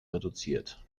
reduziert